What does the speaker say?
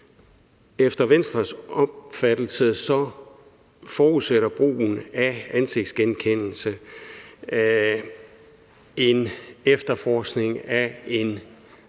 Efter Venstres opfattelse forudsætter brugen af ansigtsgenkendelse en efterforskning af en